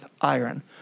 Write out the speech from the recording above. iron